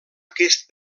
aquest